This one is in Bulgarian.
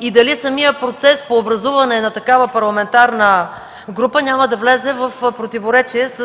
и дали самият процес по образуване на такава парламентарна група няма да влезе в противоречие с